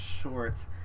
shorts